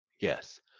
Yes